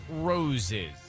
Roses